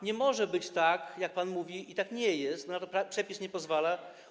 Nie może być tak, jak pan mówi, i tak nie jest, na to przepis nie pozwala.